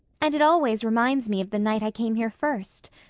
and it always reminds me of the night i came here first.